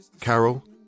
Carol